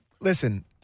Listen